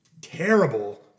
terrible